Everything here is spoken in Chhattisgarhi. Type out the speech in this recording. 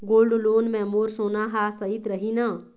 गोल्ड लोन मे मोर सोना हा सइत रही न?